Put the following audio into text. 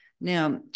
Now